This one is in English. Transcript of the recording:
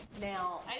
Now